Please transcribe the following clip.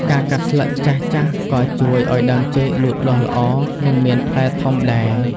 ការកាត់ស្លឹកចាស់ៗក៏ជួយឱ្យដើមចេកលូតលាស់ល្អ និងមានផ្លែធំដែរ។